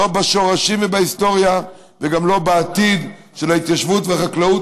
לא בשורשים ובהיסטוריה וגם לא בעתיד של ההתיישבות והחקלאות,